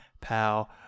pal